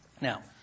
Now